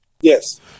Yes